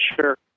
sure